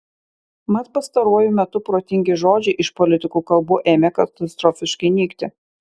mat pastaruoju metu protingi žodžiai iš politikų kalbų ėmė katastrofiškai nykti